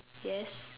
yes